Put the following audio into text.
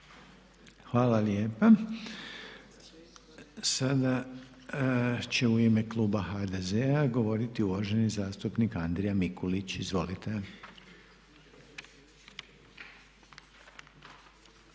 Hvala lijepa. Sada će u ime kluba HDZ-a govoriti uvaženi zastupnik Andrija Mikulić. Izvolite.